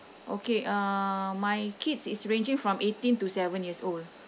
okay uh my kids is ranging from eighteen to seven years old